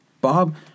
Bob